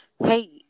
Hey